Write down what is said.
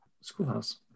schoolhouse